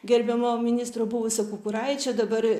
gerbiamo ministro buvusio kukuraičio dabar